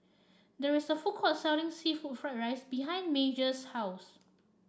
there is a food court selling seafood Fried Rice behind Major's house